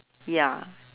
ya